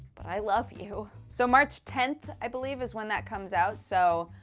but i love you! so march tenth, i believe, is when that comes out. so.